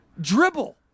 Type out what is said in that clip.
Dribble